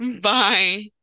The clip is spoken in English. bye